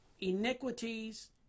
iniquities